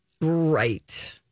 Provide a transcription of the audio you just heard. Right